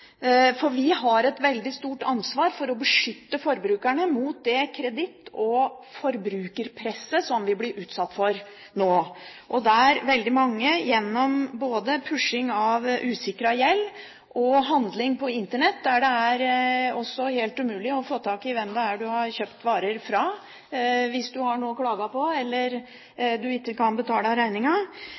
for. Vi har et veldig stort ansvar for å beskytte forbrukerne mot det kreditt- og forbrukerpresset som vi blir utsatt for nå. Det gjelder veldig mange gjennom både pushing av usikret gjeld og handling på Internett, der det også er helt umulig å få tak i hvem du har kjøpt varer fra. Hvis du har noe å klage på, eller du ikke kan betale